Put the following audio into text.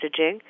messaging